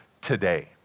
today